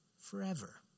forever